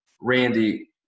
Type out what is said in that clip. Randy